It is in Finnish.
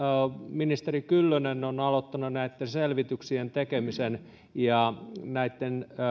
ministeri kyllönen on aloittanut näitten selvityksien tekemisen ja